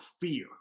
fear